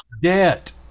Debt